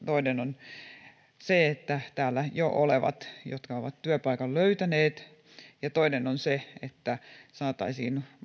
toinen on täällä jo olevat jotka ovat työpaikan löytäneet ja toinen on se että saataisiin